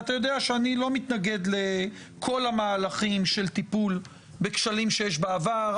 ואתה יודע שאני לא מתנגד לכל המהלכים של טיפול בכשלים שיש בעבר,